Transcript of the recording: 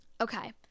Okay